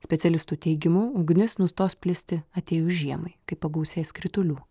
specialistų teigimu ugnis nustos plisti atėjus žiemai kai pagausės kritulių